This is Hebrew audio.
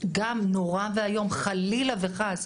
גם נורא ואיום, חלילה וחס,